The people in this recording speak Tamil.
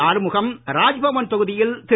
ஆறுமுகம் ராஜ்பவன் தொகுதியில் திரு